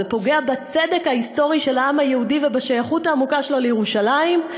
זה פוגע בצדק ההיסטורי של העם היהודי ובשייכות העמוקה שלו לירושלים,